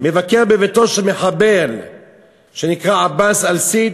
מבקרת בביתו של מחבל שנקרא עבאס א-סייד,